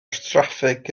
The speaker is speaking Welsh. traffig